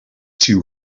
too